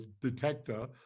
detector